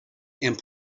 and